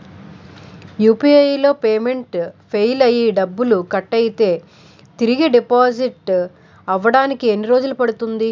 UPI లో payment fail అయ్యి డబ్బులు కట్ అయితే తిరిగి డిపాజిట్ అవ్వడానికి ఎన్ని రోజులు పడుతుంది?